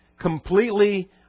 completely